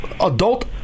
adult